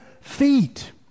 feet